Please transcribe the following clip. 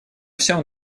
всем